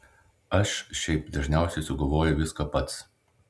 aš šiaip dažniausiai sugalvoju viską pats